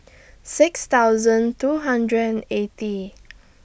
six thousand two hundred and eighty